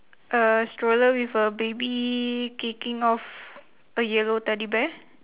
a stroller with a baby kicking off a yellow teddy bear